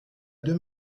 deux